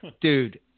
Dude